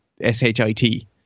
S-H-I-T